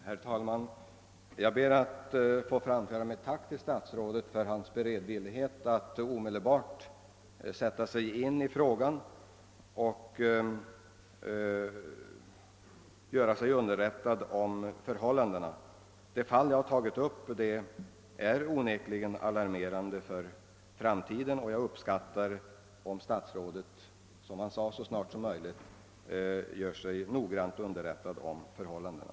Herr talman! Jag ber att få framföra mitt tack till statsrådet för hans beredvillighet att omedelbart sätta sig in i denna fråga och göra sig underrättad om förhållandena. Det fall jag tagit upp är onekligen alarmerande för framtiden, och jag skulle uppskatta om statsrådet, såsom han sade, så snart som möjligt gör sig noggrant underrättad om förhållandena.